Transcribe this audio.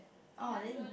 orh then